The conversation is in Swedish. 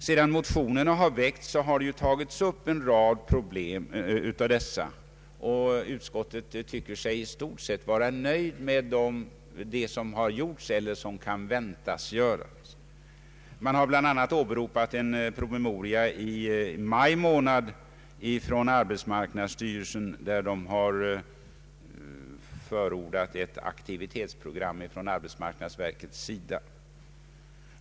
Sedan motionerna har väckts har det tagits upp en rad problem, och utskottet anser sig i stort sett vara nöjt med vad som har gjorts eller som kan väntas bli gjort. Utskottet har bl.a. åberopat en promemoria från maj månad av arbetsmarknadsstyrelsen, i vilken det har förordats ett aktivitetsprogram från arbetsmarknadsverkets sida.